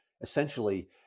Essentially